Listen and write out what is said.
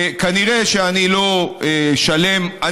כנראה, חלק, חלק.